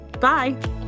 Bye